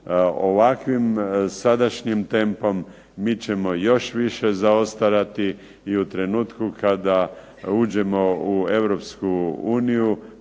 Ovakvim sadašnjim tempom mi ćemo još više zaostajati i u trenutku kada uđemo u Europsku uniju